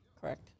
Correct